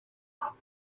rule